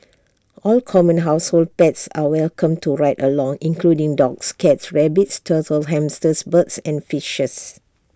all common household pets are welcome to ride along including dogs cats rabbits turtles hamsters birds and fishes